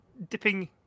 dipping